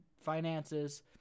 finances